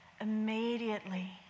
Immediately